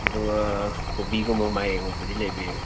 ꯑꯗꯣ ꯀꯣꯕꯤꯒꯨꯝꯕ ꯃꯥꯏꯔꯦꯟꯒꯨꯝꯕꯗꯤ ꯂꯩꯕꯤꯕ꯭ꯔꯥ